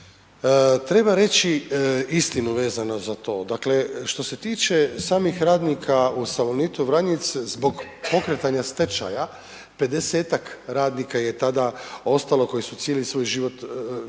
Treba reći istinu vezano za to, dakle što se tiče samih radnika u Salonitu Vranjic zbog pokretanja stečaja 50-tak radnika je tada ostalo koji su cijeli svoj životni